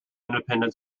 independent